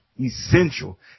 essential